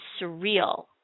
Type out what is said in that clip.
surreal